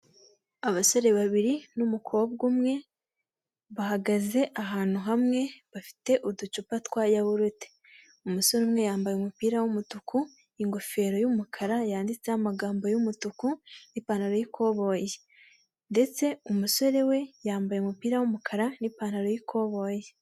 Abasore babiri n'umukobwa umwe bahagaze ahantu hamwe bafite uducupa twa yahurute, umusore umwe yambaye umupira w'umutuku ingofero y'umukara yanditseho amagambo y'umutuku n'ipantaro y'ikoboyi, ndetse umusore we yambaye umupira w'umukara n'ipantaro y'ikoboyi.